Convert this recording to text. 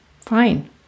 fine